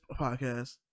podcast